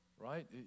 Right